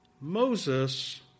Moses